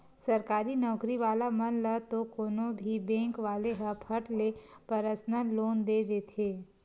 सरकारी नउकरी वाला मन ल तो कोनो भी बेंक वाले ह फट ले परसनल लोन दे देथे